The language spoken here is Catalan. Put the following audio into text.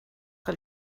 que